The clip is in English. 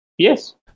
Yes